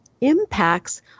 impacts